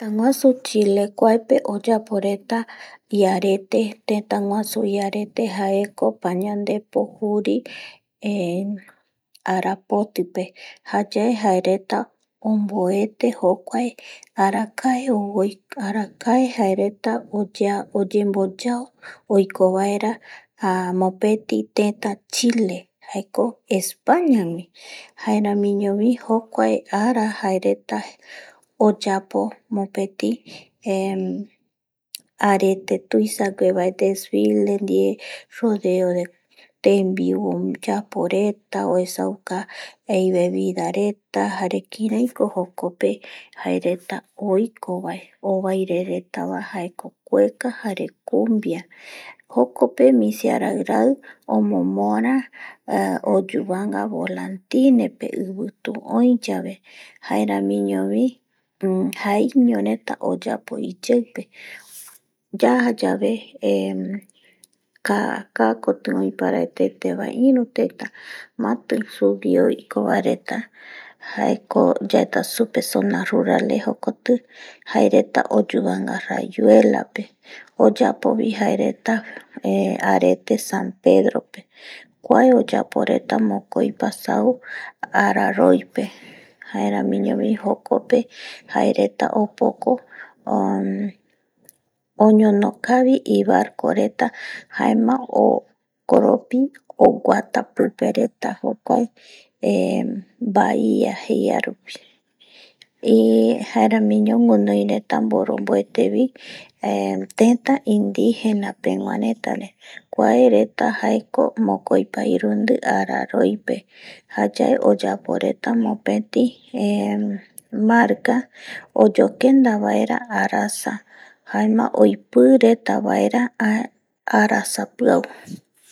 Tetaguasu chilepe kuaepe oyapo reta iarete teta guasu, jaeko payandepo juri ara poti pe jayae jae reta onbuete jokua arakae jae reta oyenboyao oiko baera mopeti teta chile jaeko españa pe jaeramiñovi jokuae ara jae reta oyapo mopeti arete tuisague vae desfile die jare tenbiu oyapo reta oesauka ibevida reta jare kirai jokope jae reta oiko bae oeka jare cumbia jokope misia reta omomora oyuvanga volantine pe ivitu oi yave jaeramiñovi jaiño reta oyapo iyeipe, yaja yave kaa koti oi paraetete reta mati rupi oiko reta bae, jaeko yae supe sona rural jokoti jae reta oyubanga rueda pe oyapo jae reta arete san pedro pe kuae oyapo reta mokoi pasao araipe jaeramiñovi jokpe jae reta opoko, oñono kavi ibarco reta jaema jokoropi oguata pitu yave reta jokua baia rupi jaeramiño guinoi reta mboronboetevi teta indígena reta re kuae reta jaeko mokoipa irundi ara roi pe jayae oyapo reta mopeti marca oyokenda vaera arasa jaema oipi reta vaera arasapiau